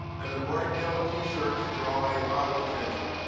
and the bright yellow t-shirts draw a lot of attention.